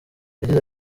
yagize